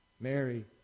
Mary